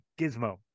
gizmo